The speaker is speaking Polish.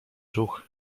ruch